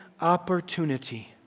opportunity